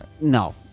No